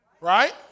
Right